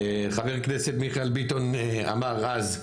חבר הכנסת מיכאל ביטון אמר אז,